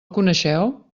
coneixeu